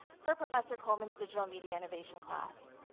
for professor coleman's digital media innovation class.